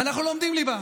ואנחנו לומדים ליבה.